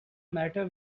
matter